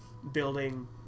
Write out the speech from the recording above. Building